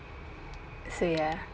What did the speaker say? so ya